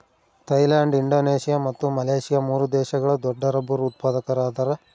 Thailand Indonesia ಮತ್ತು Malaysia ಮೂರು ದೇಶಗಳು ದೊಡ್ಡರಬ್ಬರ್ ಉತ್ಪಾದಕರದಾರ